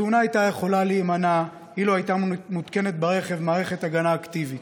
התאונה הייתה יכולה להימנע אילו הייתה מותקנת ברכב מערכת הגנה אקטיבית.